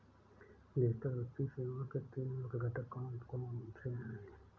digital वित्तीय सेवाओं के तीन मुख्य घटक कौनसे हैं